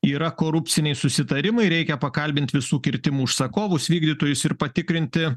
yra korupciniai susitarimai reikia pakalbint visų kirtimų užsakovus vykdytojus ir patikrinti